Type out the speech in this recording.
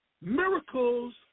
Miracles